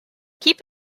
keep